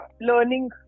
learning